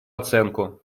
оценку